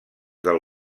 del